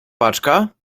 paczka